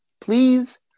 Please